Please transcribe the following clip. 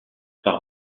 par